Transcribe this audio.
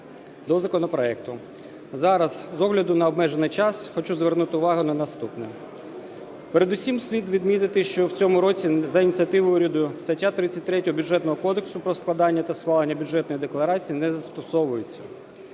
до законопроекту. Зараз, з огляду на обмежений час, хочу звернути увагу на наступне. Передусім слід відмітити, що в цьому році за ініціативою уряду (стаття 33 Бюджетного кодексу) про складання та схвалення Бюджетної декларації не застосовується.